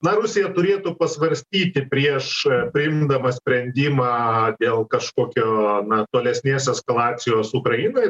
na rusija turėtų pasvarstyti prieš priimdama sprendimą dėl kažkokio na tolesnės eskalacijos ukrainoj